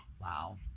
Wow